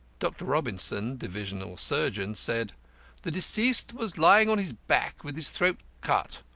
dr. robinson, divisional surgeon, said the deceased was lying on his back, with his throat cut.